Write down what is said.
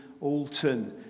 Alton